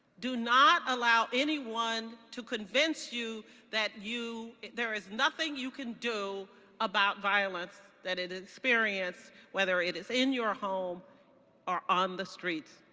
do not allow anyone to convince you that you there is nothing you can do about violence that it experience whether it is in your home or on the streets.